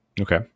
okay